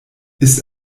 ist